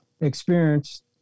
experienced